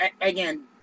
again